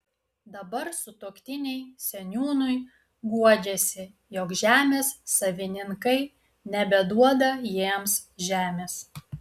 dabar sutuoktiniai seniūnui guodžiasi jog žemės savininkai nebeduoda jiems žemės